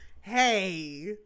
hey